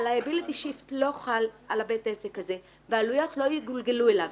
האביליטי שיפט לא חל על בית העסק הזה והעלויות לא יגולגלו עליו.